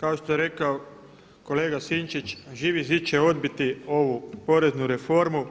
Kao što je rekao kolega Sinčić, Živi zid će odbiti ovu poreznu reformu